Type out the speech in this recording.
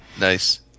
Nice